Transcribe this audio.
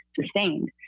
Sustained